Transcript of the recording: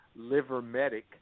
LiverMedic